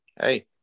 hey